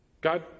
God